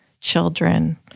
children